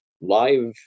live